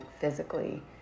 physically